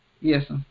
Yes